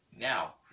Now